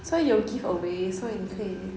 所以有 giveaway 所以你可以